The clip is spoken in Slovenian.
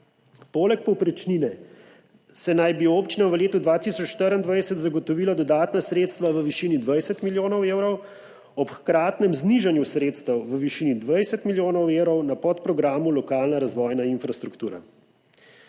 Poleg povprečnine se naj bi občinam v letu 2024 zagotovila dodatna sredstva v višini 20 milijonov evrov, ob hkratnem znižanju sredstev v višini 20 milijonov evrov na podprogramu Lokalna razvojna infrastruktura.